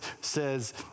says